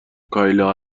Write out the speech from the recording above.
کایلا